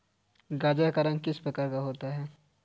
गाजर का रंग किस प्रकार का होता है?